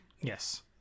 Yes